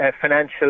financial